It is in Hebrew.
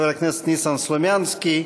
חבר הכנסת ניסן סלומינסקי,